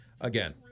Again